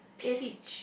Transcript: peach